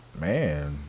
Man